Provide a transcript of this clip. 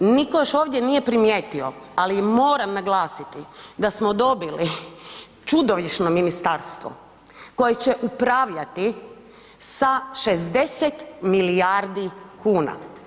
Niko još ovdje nije primijetio, ali moram naglasiti da smo dobili čudovišno ministarstvo koje će upravljati sa 60 milijardi kuna.